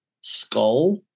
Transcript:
skull